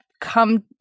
come